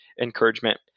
encouragement